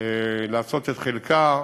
לעשות את חלקה.